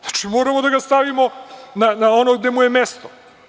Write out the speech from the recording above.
Znači, moramo da ga stavimo na ono gde mu je mesto.